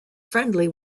friendly